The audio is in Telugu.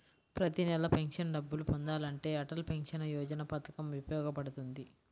ప్రతి నెలా పెన్షన్ డబ్బులు పొందాలంటే అటల్ పెన్షన్ యోజన పథకం ఉపయోగపడుతుంది